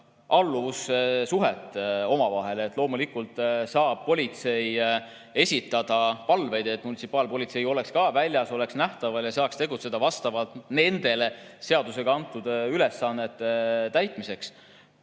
alluvussuhet. Loomulikult saab politsei esitada palveid, et munitsipaalpolitsei oleks ka väljas, oleks nähtaval ja tegutseks vastavalt nendele seadusega antud ülesannetele.